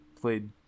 played